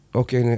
okay